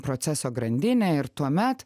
proceso grandinę ir tuomet